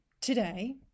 today